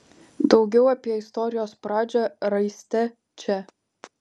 daugiau apie istorijos pradžią raiste čia